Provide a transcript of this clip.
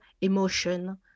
emotion